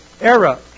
era